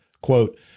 quote